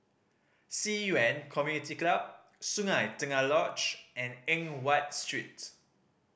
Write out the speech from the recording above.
Ci Yuan Community Club Sungei Tengah Lodge and Eng Watt Streets